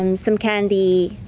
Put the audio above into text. um some candy,